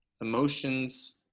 emotions